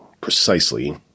precisely